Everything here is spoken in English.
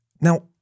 Now